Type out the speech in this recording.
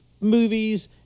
movies